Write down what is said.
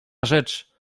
rzecz